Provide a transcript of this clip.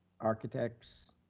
architects?